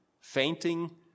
fainting